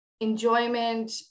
enjoyment